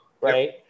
Right